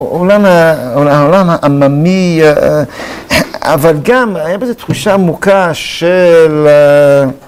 העולם העממי, אבל גם היה בזה תחושה עמוקה של